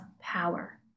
power